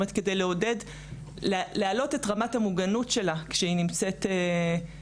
כדי להעלות את רמת המוגנות של האישה כשהיא נמצאת בקהילה.